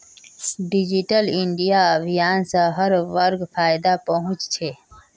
digital India अभियान स हर वर्गक फायदा पहुं च छेक